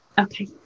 Okay